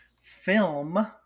film